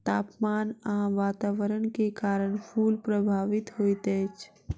तापमान आ वातावरण के कारण फूल प्रभावित होइत अछि